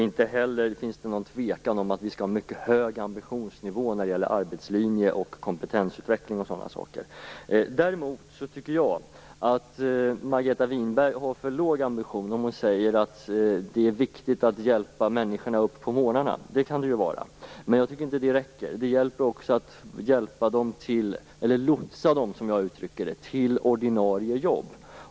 Inte heller finns det något tvivel om att vi skall ha en mycket hög ambitionsnivå när det gäller arbetslinje, kompetensutveckling och sådana saker. Däremot tycker jag att Margareta Winberg har för låg ambition om hon säger att det är viktigt att hjälpa människorna upp på morgnarna. Det kan vara viktigt, men det räcker inte. Det gäller också att lotsa dem till ordinarie jobb.